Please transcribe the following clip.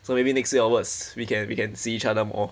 so maybe next year onwards we can we can see each other more